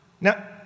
Now